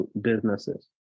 businesses